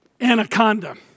anaconda